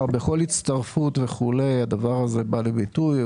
וכן בכל הצטרפות וכולי הדבר הזה בא לידי ביטוי.